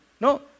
No